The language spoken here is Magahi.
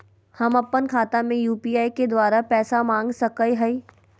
हम अपन खाता में यू.पी.आई के द्वारा पैसा मांग सकई हई?